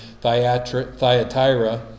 Thyatira